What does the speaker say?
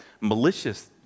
malicious